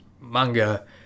manga